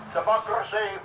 Democracy